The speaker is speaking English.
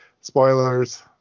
spoilers